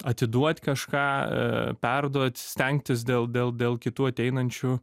atiduot kažką perduot stengtis dėl dėl dėl kitų ateinančių